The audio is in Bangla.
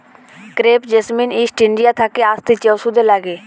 ক্রেপ জেসমিন ইস্ট ইন্ডিয়া থাকে আসতিছে ওষুধে লাগে